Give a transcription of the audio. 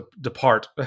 depart